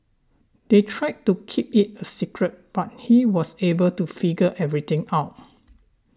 they tried to keep it a secret but he was able to figure everything out